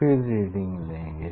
फिर रीडिंग लेंगे